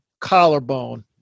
collarbone